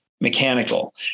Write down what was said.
mechanical